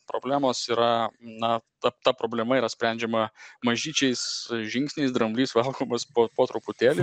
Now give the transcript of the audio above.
problemos yra na ta ta problema yra sprendžiama mažyčiais žingsniais dramblys valgomas po po truputėlį